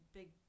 big